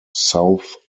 south